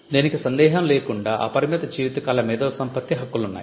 దీనికి సందేహం లేకుండా అపరిమిత జీవితకాల మేధో సంపత్తి హక్కులున్నాయి